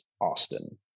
Austin